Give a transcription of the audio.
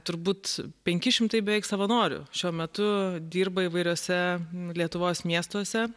turbūt penki šimtai beveik savanorių šiuo metu dirba įvairiose lietuvos miestuose